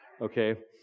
okay